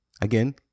again